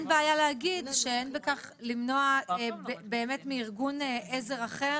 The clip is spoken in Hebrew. אין בעיה להגיד שאין בכך למנוע מארגון עזר אחר